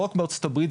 לא רק בארצות הברית,